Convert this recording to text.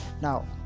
Now